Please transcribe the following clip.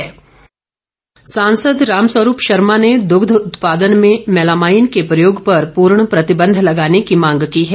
रामस्वरूप शर्मा सांसद रामस्वरूप शर्मा ने दूग्ध उत्पादन में मैलामाईन के प्रयोग पर पूर्ण प्रतिबंध लगाने की मांग की है